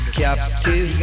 captive